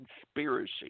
conspiracy